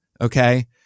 Okay